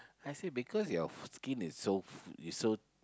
I said because your skin is so is so